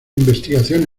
investigación